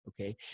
okay